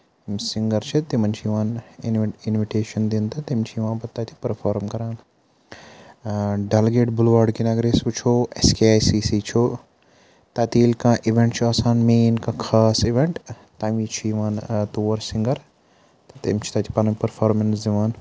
یِم سِنٛگَر چھِ تِمَن چھِ یِوان اِنوِٹ اِنوِٹیشَن دِنہٕ تہٕ تِم چھِ یِوان پَتہٕ تَتہِ پٔرفارٕم کَران ڈَل گیٹ بُلواڈ کِنۍ اگر أسۍ وٕچھو اٮ۪س کے آی سی سی چھُ تَتہِ ییٚلہِ کانٛہہ اِوٮ۪نٛٹ چھُ آسان مین کانٛہہ خاص اِوٮ۪نٛٹ تَمہِ وِزِ چھِ یِوان تور سِنٛگَر تہٕ تِم چھِ تَتہِ پَنٕنۍ پٔرفارمٮ۪نٕس دِوان